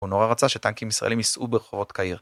הוא נורא רצה שטנקים ישראלים יסעו ברחובות קהיר